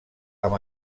amb